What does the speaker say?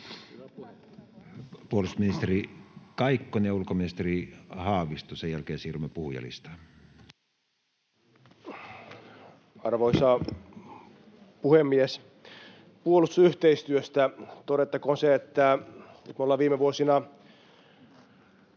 Puolustusministeri Kaikkonen ja ulkoministeri Haavisto. Sen jälkeen siirrymme puhujalistaan. Arvoisa puhemies! Puolustusyhteistyöstä todettakoon se, että me ollaan viime vuosina…